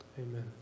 Amen